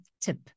tip